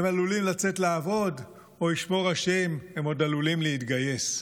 הם עלולים לצאת לעבוד או ישמור השם הם עוד עלולים להתגייס.